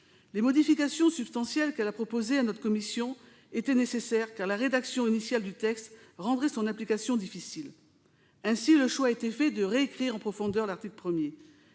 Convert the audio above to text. Les modifications substantielles qu'elle a proposées à notre commission étaient nécessaires, car la rédaction initiale du texte rendait son application difficile. Ainsi, le choix a été fait de réécrire en profondeur l'article 1.